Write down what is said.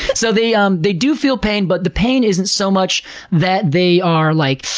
so they um they do feel pain, but the pain isn't so much that they are like,